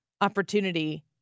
opportunity